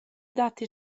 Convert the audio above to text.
datti